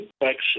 infection